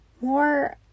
more